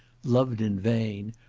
loved in vain,